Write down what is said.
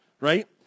right